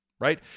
Right